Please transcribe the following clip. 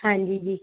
ਹਾਂਜੀ ਜੀ